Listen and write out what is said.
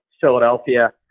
Philadelphia